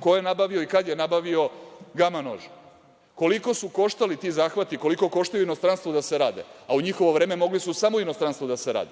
ko je nabavio i kada je nabavio gama nož? Koliko su koštali ti zahvati? Koliko koštaju u inostranstvu da se rade, a u njihovo vreme mogli su samo u inostranstvu da se rade?